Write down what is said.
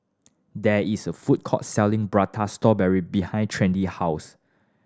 there is a food court selling Prata Strawberry behind Trendy house